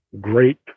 great